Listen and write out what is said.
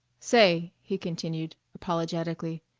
say, he continued, apologetically,